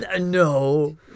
No